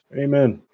Amen